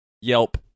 Yelp